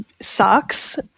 Sucks